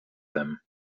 them